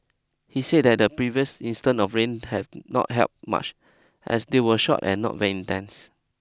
he said that the previous instant of rain had not helped much as they were short and not very intense